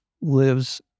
lives